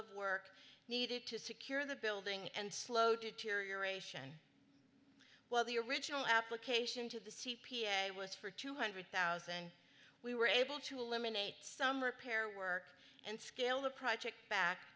of work needed to secure the building and slow deterioration while the original application to the c p a was for two hundred thousand we were able to eliminate some repair work and scaled the project back